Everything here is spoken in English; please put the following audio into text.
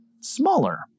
smaller